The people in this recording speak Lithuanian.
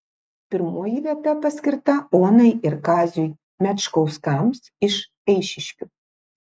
pirmoji vieta paskirta onai ir kaziui mečkauskams iš eišiškių